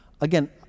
Again